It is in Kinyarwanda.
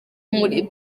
muri